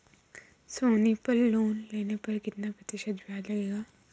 सोनी पल लोन लेने पर कितने प्रतिशत ब्याज लगेगा?